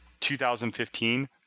2015